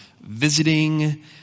visiting